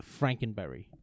Frankenberry